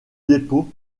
dépôt